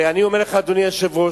ואני אומר לך, אדוני היושב-ראש,